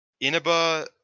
Inaba